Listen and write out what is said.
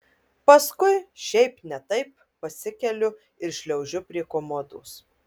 paskui šiaip ne taip pasikeliu ir šliaužiu prie komodos